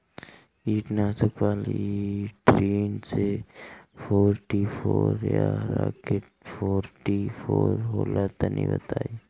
कीटनाशक Polytrin C forty four या Rocket forty four होला तनि बताई?